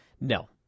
No